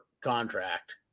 contract